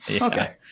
Okay